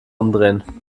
umdrehen